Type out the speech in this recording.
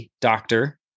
doctor